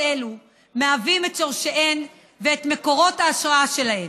אלו הן שורשיהן ומקורות ההשראה שלהן.